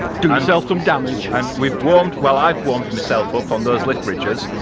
do yourself some damage. and we've warmed, well i've warmed myself up on those lift bridges.